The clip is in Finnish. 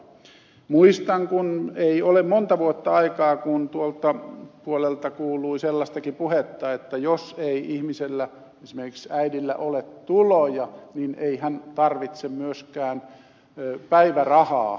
muistan ei ole montaa vuotta aikaa kun tuolta puolelta kuului sellaistakin puhetta että jos ei ihmisellä esimerkiksi äidillä ole tuloja niin ei hän tarvitse myöskään päivärahaa